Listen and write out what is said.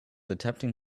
attempting